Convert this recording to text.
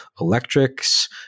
electrics